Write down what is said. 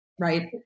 right